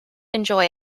enjoy